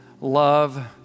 love